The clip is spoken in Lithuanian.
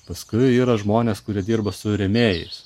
paskui yra žmonės kurie dirba su rėmėjais